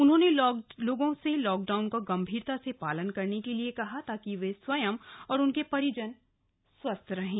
उन्होंने लोगों से लॉकडाउन का गंभीरता से पालन करने के लिए कहा ताकि वे स्वयं और उनके परिजन स्वस्थ रहें